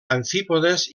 amfípodes